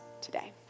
today